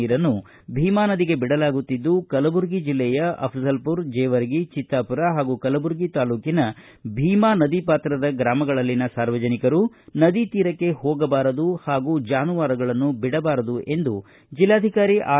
ನೀರನ್ನು ಭೀಮಾ ನದಿಗೆ ಬಿಡಲಾಗುತ್ತಿದ್ದು ಕಲಬುರಗಿ ಜಿಲ್ಲೆಯ ಅಫಜಲಪುರ ಜೇವರ್ಗಿ ಚಿತ್ತಾಪುರ ಹಾಗೂ ಕಲಬುರಗಿ ತಾಲೂಟನ ಭೀಮಾ ನದಿ ಪಾತ್ರದ ಗ್ರಾಮಗಳಲ್ಲಿನ ಸಾರ್ವಜನಿಕರು ನದಿ ತೀರಕ್ಕೆ ಹೋಗಬಾರದು ಹಾಗೂ ಜಾನುವಾರುಗಳನ್ನು ಬಿಡಬಾರದು ಎಂದು ಜಿಲ್ಲಾಧಿಕಾರಿ ಆರ್